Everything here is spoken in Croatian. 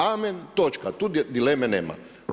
Amen, točka, tu dileme nema.